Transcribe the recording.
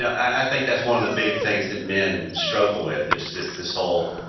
i think, that's one of the big things that men struggle with. it's this this whole,